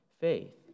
faith